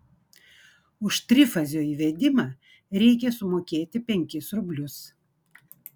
už trifazio įvedimą reikia sumokėti penkis rublius